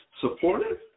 supportive